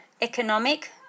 economic